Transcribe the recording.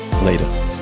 Later